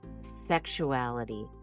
sexuality